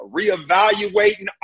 reevaluating